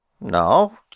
No